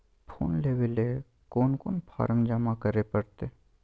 Loan लेवे ले कोन कोन फॉर्म जमा करे परते?